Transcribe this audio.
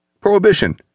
Prohibition